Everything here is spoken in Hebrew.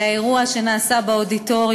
האירוע שהיה באודיטוריום,